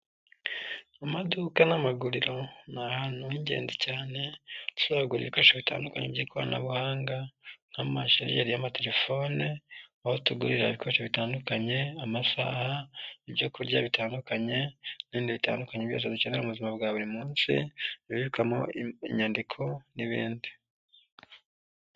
Amaduka n'amaguriro ni ahantu h'ingenzi cyane, ushobora kugurira ibikoresho bitandukanye by'ikoranabuhanga nk'amasarigeri y'amaterefone, aho tugurira ibikoresho bitandukanye, amasaha, ibyo kurya bitandukanye n'ibindi bitandukanye byose dukeneyera mu buzima bwa buri munsi, bibikwamo inyandiko n'ibindi.